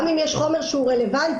שגם אם יש חומר שהוא רלוונטי,